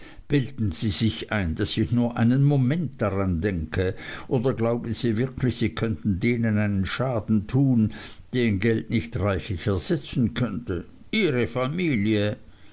bilden sie sich ein daß ich nur einen moment daran denke oder glauben sie wirklich sie könnten denen einen schaden tun den geld nicht reichlich ersetzen könnte ihre familie